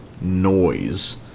noise